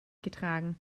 getragen